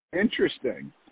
Interesting